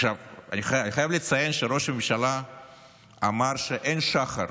עכשיו, אני חייב לציין שראש הממשלה אמר שאין שחר